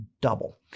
double